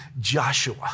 Joshua